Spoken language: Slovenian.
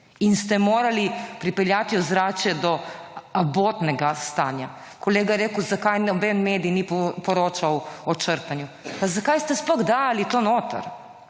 in ste morali pripeljati ozračje do abotnega stanja. Kolega je rekel, zakaj noben medij ni poročal o črtanju. Pa zakaj ste sploh dali to notri?